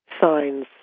signs